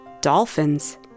Dolphins